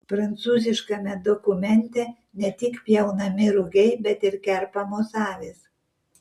prancūziškame dokumente ne tik pjaunami rugiai bet ir kerpamos avys